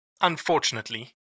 unfortunately